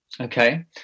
Okay